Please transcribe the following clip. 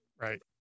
Right